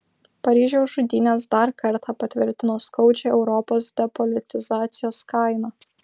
paryžiaus žudynės dar kartą patvirtino skaudžią europos depolitizacijos kainą